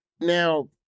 now